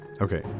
Okay